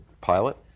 pilot